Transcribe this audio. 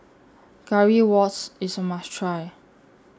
Currywurst IS A must Try